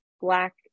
Black